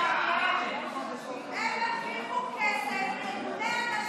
--- הם הבטיחו כסף לארגוני הנשים,